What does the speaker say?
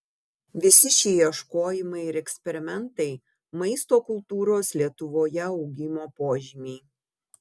visi šie ieškojimai ir eksperimentai maisto kultūros lietuvoje augimo požymiai